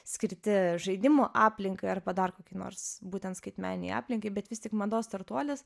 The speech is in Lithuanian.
skirti žaidimų aplinkai arba dar kokį nors būtent skaitmeninei aplinkai bet vis tik mados startuolis